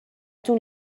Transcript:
تون